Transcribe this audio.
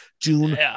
June